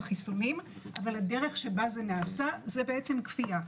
החיסונים אבל הדרך שבה זה נעשה זה כפייה,